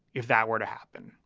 if that were to happen,